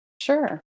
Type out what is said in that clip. Sure